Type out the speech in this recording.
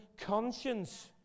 conscience